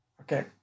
Okay